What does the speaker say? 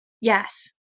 yes